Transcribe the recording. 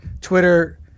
Twitter